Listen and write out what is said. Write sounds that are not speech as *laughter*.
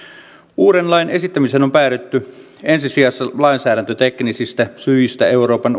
uuden lain esittämiseen on on päädytty ensi sijassa lainsäädäntöteknisistä syistä euroopan *unintelligible*